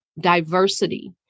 diversity